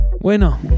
Bueno